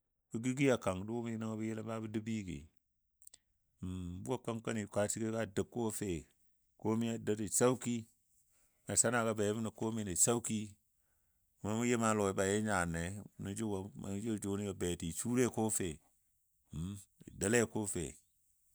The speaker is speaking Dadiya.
Bɔ gəggi a kang dʊʊmi nəngɔ babɔ dou bigɨ nwo kənkəni dou ko a fe komai a dou da sauki, nasanago be bəm nən komai da sauki məu yɨm lɔi be ji nyanne nən jʊwo beti sule ko fe ja’ doule ko fe.